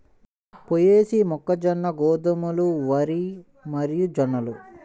పొయేసీ, మొక్కజొన్న, గోధుమలు, వరి మరియుజొన్నలు